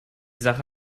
sache